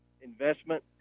investment